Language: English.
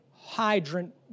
hydrant